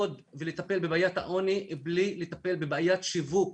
לטפל בבעיית העוני בלי לטפל בבעיית שיווק.